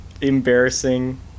embarrassing